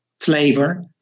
flavor